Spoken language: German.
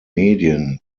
medien